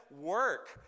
work